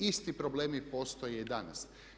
Isti problemi postoje i danas.